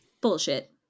Bullshit